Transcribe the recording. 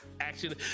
action